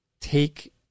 take